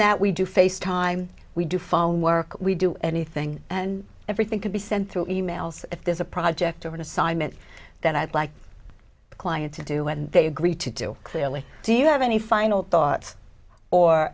that we do face time we do phone work we do anything and everything can be sent through emails if there's a project or an assignment that i'd like the client to do when they agree to do clearly do you have any final thoughts or